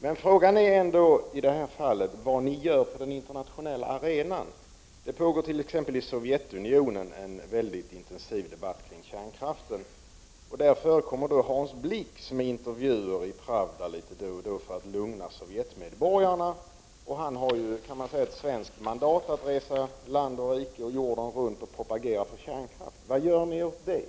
Men frågan är ändå i det här fallet vad ni gör på den internationella arenan. I Sovjetunionen pågår t.ex. en mycket intensiv debatt om kärnkraften. Det förekommer exempelvis intervjuer med Hans Blix litet då och då i Pravda — detta för att lugna sovjetmedborgarna. Man kan väl säga att Hans Blix har svenskt mandat att resa land och rike, för att inte säga jorden, runt och propagera för kärnkraften. Vad gör ni åt det?